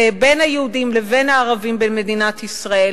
בין היהודים לבין הערבים במדינת ישראל.